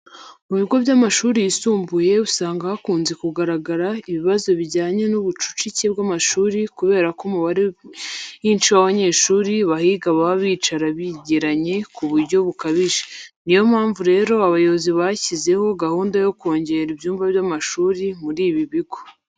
Mu bigo by'amashuri yisumbuye usanga hakunze kugaragara ibibazo bijyanye n'ubucucike bw'abanyeshuri kubera ko umubare mwinshi w'abanyeshuri bahiga baba bicara bigeranye ku buryo bukabije. Ni yo mpamvu rero abayobozi bashyizeho gahunda yo kongera ibyumba by'amashuri muri ibi bigo.